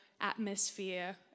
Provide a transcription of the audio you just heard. atmosphere